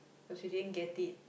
cause you didn't get it